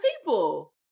people